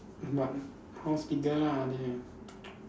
what house bigger lah there